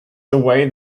away